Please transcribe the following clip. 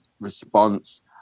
response